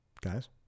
guys